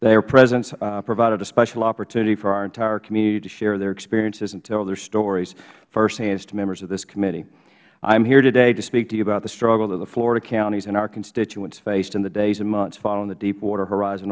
their presence provided a special opportunity for our entire community to share their experiences and tell their stories firsthand to members of this committee i am here today to speak to you about the struggle that the florida counties and our constituents faced in the days and months following the deepwater horizon